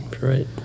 Right